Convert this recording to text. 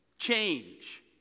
Change